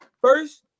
First